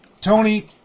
Tony